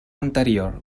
anterior